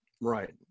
Right